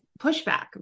pushback